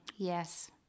Yes